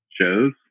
shows